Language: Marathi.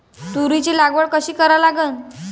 तुरीची लागवड कशी करा लागन?